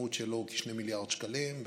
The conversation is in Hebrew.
המשמעות שלו היא כ-2 מיליארד שקלים,